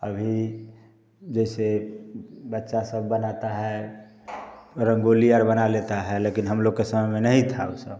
अभी जैसे बच्चा सब बनाता है रंगोली यार बना लेता है लेकिन हम लोग के समय में नहीं था ओ सब